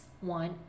one